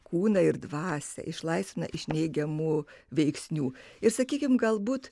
kūną ir dvasią išlaisvina iš neigiamų veiksnių ir sakykim galbūt